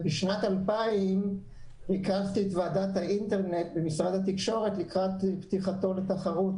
בשנת 2000 ריכזתי את ועדת האינטרנט במשרד התקשורת לקראת פתיחתו לתחרות.